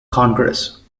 congress